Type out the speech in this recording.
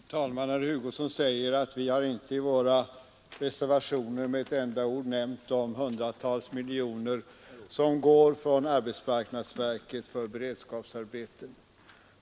Herr talman! Herr Hugosson säger att vi i vår reservation inte med ett ord nämnt de hundratals miljoner som går från arbetsmarknadsverket till beredskapsarbeten.